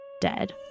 dead